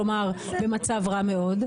כלומר במצב רע מאוד,